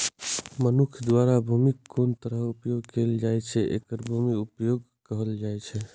मनुक्ख द्वारा भूमिक कोन तरहें उपयोग कैल जाइ छै, एकरे भूमि उपयोगक कहल जाइ छै